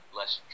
less